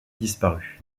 disparu